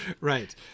right